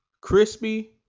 crispy